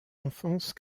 enfance